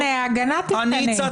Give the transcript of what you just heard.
כשהיא תשתנה, ההגנה תשנה.